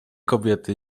kobiety